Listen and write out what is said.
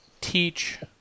teach